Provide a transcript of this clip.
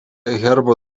herbo